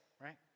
right